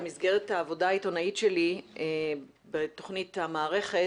במסגרת העבודה העיתונאית שלי בתוכנית 'המערכת'